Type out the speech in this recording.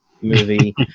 movie